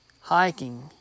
hiking